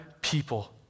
people